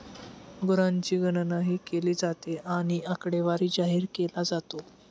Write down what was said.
गुरांची गणनाही केली जाते आणि आकडेवारी जाहीर केला जातो